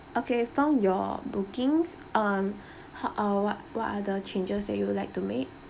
okay found your bookings on how uh what what other changes that you would like to make